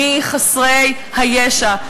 מחסרי הישע?